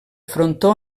frontó